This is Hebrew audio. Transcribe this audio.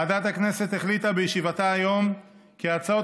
ועדת הכנסת החליטה בישיבתה היום כי הצעות